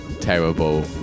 terrible